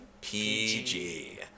PG